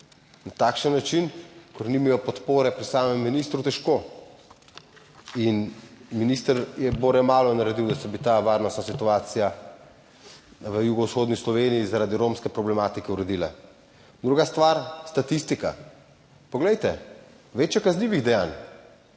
na takšen način, ker nimajo podpore pri samem ministru težko. In minister je bore malo naredil, da se bi ta varnostna situacija v jugovzhodni Sloveniji zaradi romske problematike uredila. Druga stvar, statistika. Poglejte, več je kaznivih dejanj,